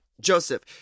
Joseph